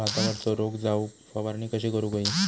भातावरचो रोग जाऊक फवारणी कशी करूक हवी?